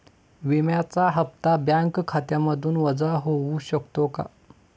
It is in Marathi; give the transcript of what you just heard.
विम्याचा हप्ता बँक खात्यामधून वजा होऊ शकतो का?